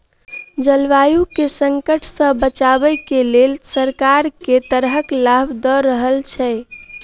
जलवायु केँ संकट सऽ बचाबै केँ लेल सरकार केँ तरहक लाभ दऽ रहल छै?